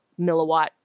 milliwatt